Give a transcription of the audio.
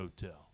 hotel